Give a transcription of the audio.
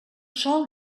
sol